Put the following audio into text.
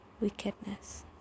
wickedness